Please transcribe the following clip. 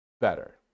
better